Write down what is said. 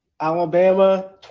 Alabama